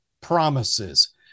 promises